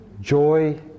joy